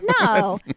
No